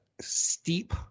steep